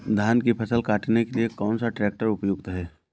धान की फसल काटने के लिए कौन सा ट्रैक्टर उपयुक्त है?